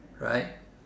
right